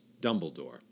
Dumbledore